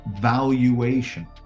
valuation